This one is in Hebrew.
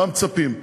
מה מצפים,